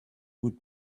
would